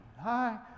hi